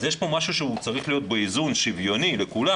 יש פה משהו שצריך להיות באיזון שוויוני לכולם.